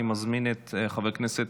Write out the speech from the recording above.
אני מזמין את חבר הכנסת